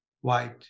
white